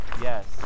Yes